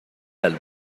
álbum